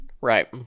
Right